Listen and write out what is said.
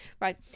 Right